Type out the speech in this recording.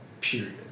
period